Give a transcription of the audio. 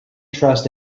trust